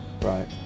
right